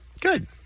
Good